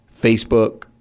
Facebook